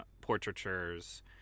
portraitures